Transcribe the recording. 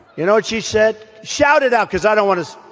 you know she said shout it out because i don't want to.